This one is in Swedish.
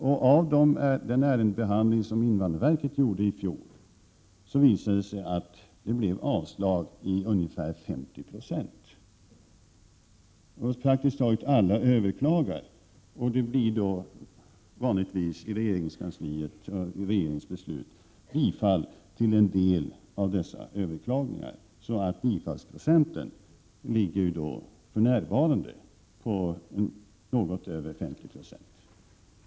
I invandrarverkets ärendebehandling i fjol visade det sig att det blev avslag i ungefär 50 96 av fallen. Praktiskt taget alla överklagar, och det blir då genom regeringsbeslutet bifall till en del av dessa överklagningar. Bifallsprocenten ligger alltså för närvarande på något över 50 96.